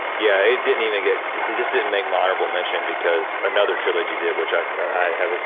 yeah, it didn't even get, they just didn't make an honorable mention because another trilogy did, which i have,